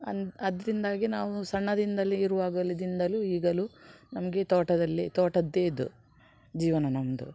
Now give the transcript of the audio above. ಅಂದು ಅದರಿಂದಾಗಿ ನಾವು ಸಣ್ಣದಿಂದಲೇ ಇರುವಾಗಲಿಂದಲೂ ಈಗಲೂ ನಮಗೆ ತೋಟದಲ್ಲಿ ತೋಟದ್ದೇ ಇದು ಜೀವನ ನಮ್ದು